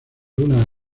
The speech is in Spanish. una